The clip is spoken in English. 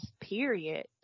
period